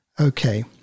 Okay